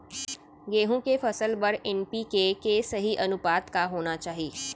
गेहूँ के फसल बर एन.पी.के के सही अनुपात का होना चाही?